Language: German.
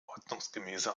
ordnungsgemäße